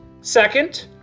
Second